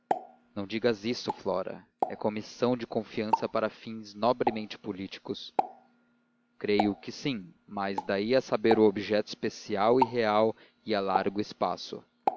não digas isso flora é comissão de confiança para fins nobremente políticos creio que sim mas daí a saber o objeto especial e real ia largo espaço